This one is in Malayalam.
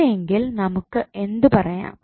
അങ്ങനെയെങ്കിൽ നമുക്ക് എന്തു പറയാം